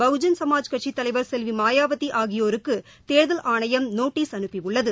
பகுஜன் சமாஜ் கட்சித் தலைவர் செல்விமாயாவதிஆகியோருக்குதேர்தல் ஆணையம் நோட்டிஷ் அனுப்பியுள்ளது